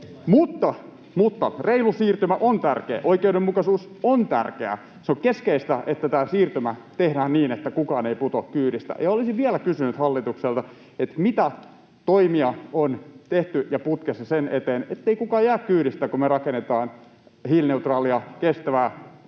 Mutta reilu siirtymä on tärkeää. Oikeudenmukaisuus on tärkeää. On keskeistä, että tämä siirtymä tehdään niin, että kukaan ei putoa kyydistä, ja olisin vielä kysynyt hallitukselta: mitä toimia on tehty ja mitä on putkessa sen eteen, ettei kukaan jää kyydistä, kun me rakennetaan hiilineutraalia, kestävää,